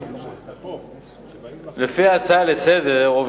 לפי ההצעה לסדר-היום,